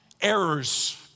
errors